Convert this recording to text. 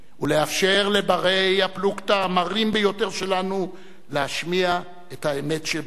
ולאפשר גם לבני-הפלוגתא המרים ביותר שלנו להשמיע את האמת שבלבם.